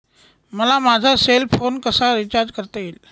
मला माझा cell phone कसा रिचार्ज करता येईल?